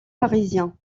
parisien